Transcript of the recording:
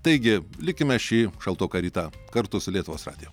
taigi likime šį šaltoką rytą kartu su lietuvos radiju